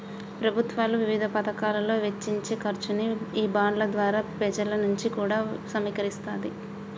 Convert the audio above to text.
ప్రభుత్వాలు వివిధ పతకాలలో వెచ్చించే ఖర్చుని ఈ బాండ్ల ద్వారా పెజల నుంచి కూడా సమీకరిస్తాది